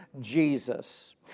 Jesus